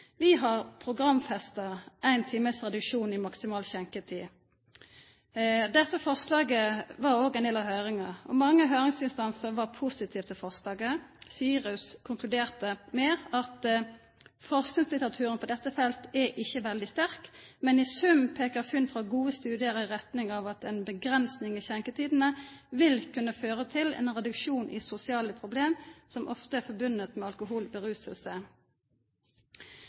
Vi har programfesta ein times reduksjon i maksimal skjenketid. Dette forslaget var òg ein del av høyringa. Mange høyringsinstansar var positive til forslaget. SIRUS konkluderte med følgjande: «Forskningslitteraturen på dette feltet er ikke veldig sterk, men i sum peker funn fra gode studier i retning av at en begrensning i skjenketidene vil kunne føre til en reduksjon i sosiale problemer som ofte er forbundet med